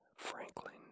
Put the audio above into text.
Franklin